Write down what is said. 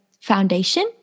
foundation